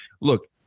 Look